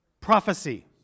prophecy